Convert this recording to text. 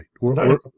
Right